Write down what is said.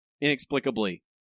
inexplicably